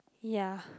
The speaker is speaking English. ya